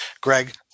Greg